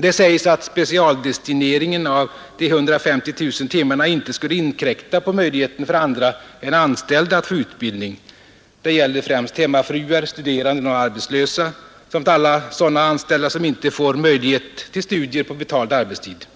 Det sägs att specialdestineringen av de 150 000 timmarna inte skulle inkräkta på möjligheterna för andra än anställda att få utbildning — det gäller främst hemmafruar, studerande och arbetslösa samt alla sådana anställda som inte får möjlighet till studier på betald arbetstid.